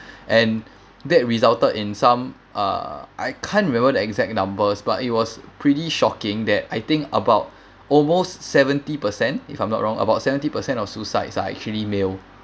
and that resulted in some uh I can't remember the exact numbers but it was pretty shocking that I think about almost seventy percent if I'm not wrong about seventy percent of suicide are actually male